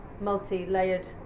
multi-layered